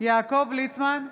יעקב ליצמן,